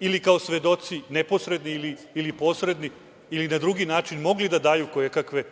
ili kao svedoci neposredni ili posredni ili na drugi način mogli da daju koje-kakve